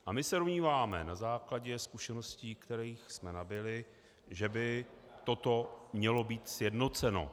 A my se domníváme na základě zkušeností, kterých jsme nabyli, by toto mělo být sjednoceno.